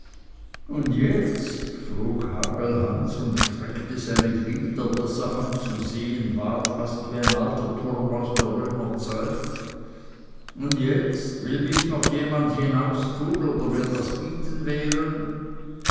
und jetzt frug hagelhans und streckte seine glieder daß er anzusehen war fast wie ein alter turm aus der römerzeit und jetzt will mich noch jemand hinaustun oder mir das bieten wehren